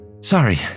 Sorry